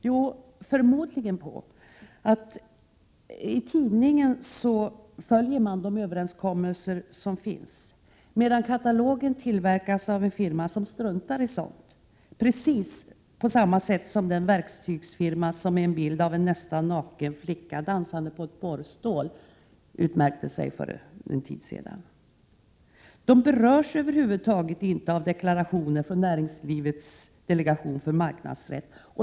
Jo, förmodligen beroende på att i tidningen följer man de överenskommelser som finns, medan katalogen tillverkas av en firma som struntar i sådant, precis på samma sätt som den verktygsfirma gjorde som för en tid sedan utmärkte sig med en bild av en nästan naken flicka dansande på ett borrstål. De berörs över huvud taget inte av deklarationer från Näringslivets delegation för marknadsrätt.